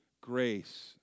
grace